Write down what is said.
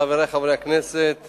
חברי חברי הכנסת,